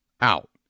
out